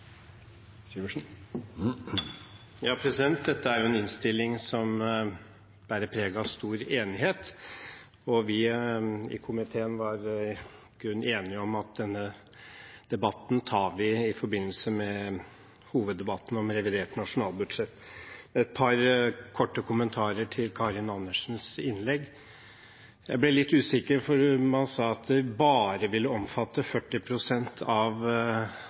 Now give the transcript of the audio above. en innstilling som bærer preg av stor enighet, og vi i komiteen var i grunnen enige om at vi tar denne debatten i forbindelse med hoveddebatten om revidert nasjonalbudsjett. Jeg har et par korte kommentarer til Karin Andersens innlegg. Jeg ble litt usikker, for man sa at det bare ville omfatte 40 pst. av